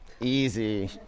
easy